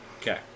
Okay